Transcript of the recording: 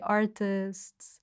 artists